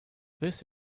this